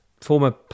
former